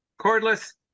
Cordless